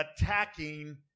attacking